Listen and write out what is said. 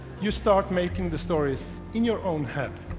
you start making the stories in your own head.